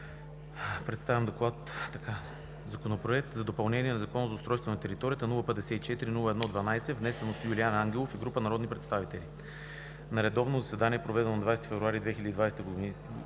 Законопроект за допълнение на Закона за устройство на територията, № 054-01-12, внесен от Юлиан Ангелов и група народни представители На редовно заседание, проведено на 20 февруари 2020 г.,